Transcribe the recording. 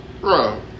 Bro